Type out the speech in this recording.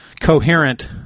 coherent